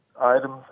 items